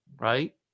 right